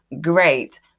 great